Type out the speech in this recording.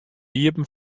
iepen